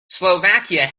slovakia